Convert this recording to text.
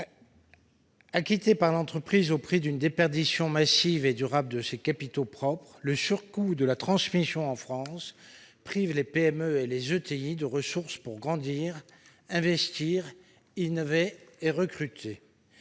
Acquitté par l'entreprise au prix d'une déperdition massive et durable de ses capitaux propres, le surcoût de la transmission en France prive les PME et les ETI de ressources pour grandir, investir, innover et recruter.